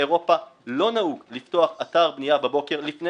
באירופה לא נהוג לפתוח אתר בנייה בבוקר לפני